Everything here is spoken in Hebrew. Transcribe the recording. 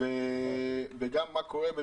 אבל אני באמת לא מבינה מה קורה.